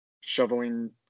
Shoveling